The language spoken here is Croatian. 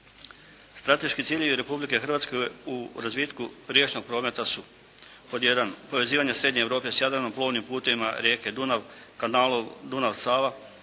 Strateški ciljevi Republike Hrvatske u razvitku riječnog prometa su: 1. povezivanje Srednje Europe s Jadranom, plovnim putevima rijeke Dunav, kanalom Dunav – Sava,